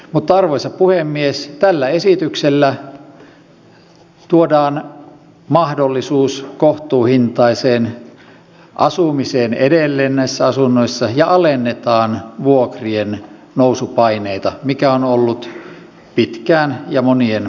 mutta arvoisa puhemies tällä esityksellä tuodaan mahdollisuus kohtuuhintaiseen asumiseen edelleen näissä asunnoissa ja alennetaan vuokriennousupaineita mikä on ollut pitkään ja monien hallitusten tavoitteena